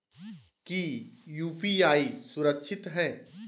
की यू.पी.आई सुरक्षित है?